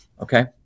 Okay